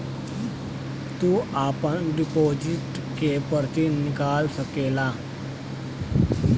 तू आपन डिपोसिट के पर्ची निकाल सकेला